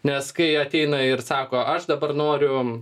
nes kai ateina ir sako aš dabar noriu